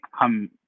come